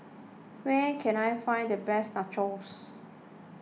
where can I find the best Nachos